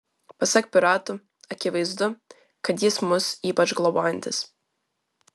pasak piratų akivaizdu kad jis mus ypač globojantis